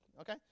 okay